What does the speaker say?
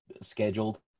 scheduled